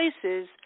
places